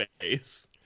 face